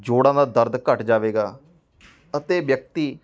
ਜੋੜਾਂ ਦਾ ਦਰਦ ਘਟ ਜਾਵੇਗਾ ਅਤੇ ਵਿਅਕਤੀ